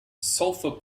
sulfur